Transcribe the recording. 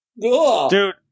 dude